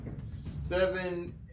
seven